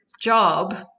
job